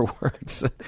words